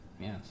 yes